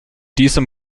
diesem